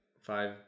five